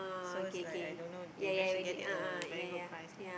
so it's like I don't know they manage to get it at a very good price lah